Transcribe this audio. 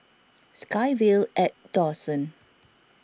SkyVille at Dawson